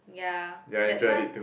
ya that's why